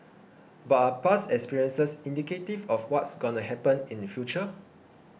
but are past experiences indicative of what's gonna happen in future